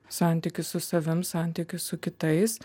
santykis su savim santykis su kitais